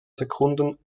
sekunden